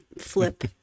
flip